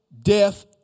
death